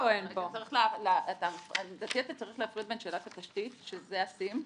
צריך להפריד בין שאלת התשתית שזה הסים.